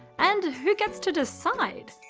and who gets to decide?